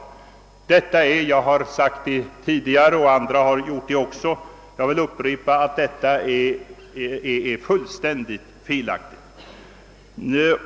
Jag vill upprepa att detta är — jag har sagt det tidigare och andra har också gjort det — fullständigt felaktigt.